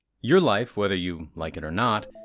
your life, whether you like it or not,